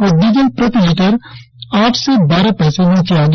और डीजल प्रति लीटर आठ से बारह पैसे नीचे आ गया